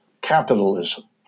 capitalism